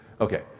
Okay